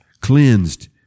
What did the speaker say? cleansed